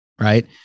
right